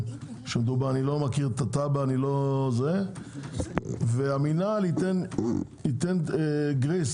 שעליהם מדובר אני לא מכיר את התב"ע והמינהל ייתן גרייס,